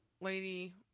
lady